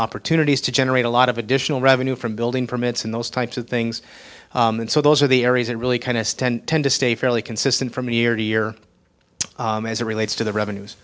opportunities to generate a lot of additional revenue from building permits in those types of things and so those are the areas that really kind of tend to stay fairly consistent from year to year as it relates to the revenues